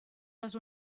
les